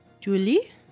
Julie